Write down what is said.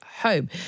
home